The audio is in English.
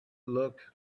looked